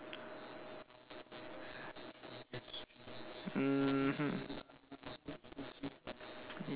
mmhmm